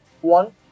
one